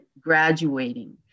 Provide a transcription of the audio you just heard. graduating